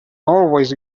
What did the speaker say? always